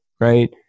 right